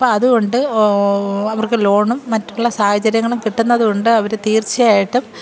അപ്പം അതുകൊണ്ട് അവർക്ക് ലോണും മറ്റുള്ള സാഹചര്യങ്ങളും കിട്ടുന്നത് കൊണ്ട് അവർ തീർച്ചയായിട്ടും